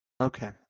Okay